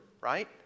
right